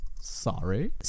Sorry